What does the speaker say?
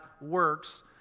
works